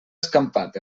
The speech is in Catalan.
escampat